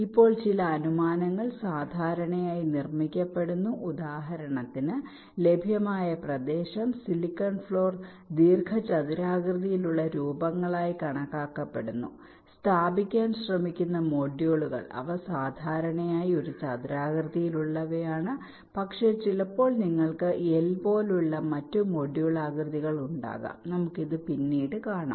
ഇപ്പോൾ ചില അനുമാനങ്ങൾ സാധാരണയായി നിർമ്മിക്കപ്പെടുന്നു ഉദാഹരണത്തിന് ലഭ്യമായ പ്രദേശം സിലിക്കൺ ഫ്ലോർ ദീർഘചതുരാകൃതിയിലുള്ള രൂപങ്ങളായി കണക്കാക്കപ്പെടുന്നു സ്ഥാപിക്കാൻ ശ്രമിക്കുന്ന മൊഡ്യൂളുകൾ അവ സാധാരണയായി ഒരു ചതുരാകൃതിയിലുള്ളവയാണ് പക്ഷേ ചിലപ്പോൾ നിങ്ങൾക്ക് L പോലുള്ള മറ്റ് മൊഡ്യൂൾ ആകൃതികൾ ഉണ്ടാകാം നമുക്ക് ഇത് പിന്നീട് കാണാം